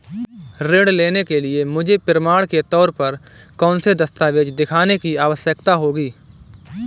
ऋृण लेने के लिए मुझे प्रमाण के तौर पर कौनसे दस्तावेज़ दिखाने की आवश्कता होगी?